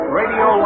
radio